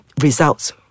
results